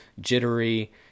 jittery